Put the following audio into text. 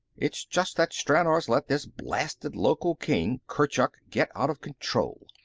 it's just that stranor's let this blasted local king, kurchuk, get out of control.